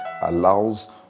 allows